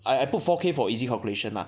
I I put four K for easy calculation lah